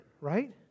right